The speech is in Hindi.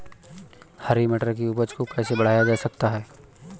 हरी मटर की उपज को कैसे बढ़ाया जा सकता है?